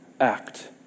act